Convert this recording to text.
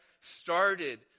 started